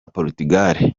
portugal